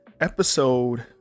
episode